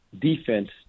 defense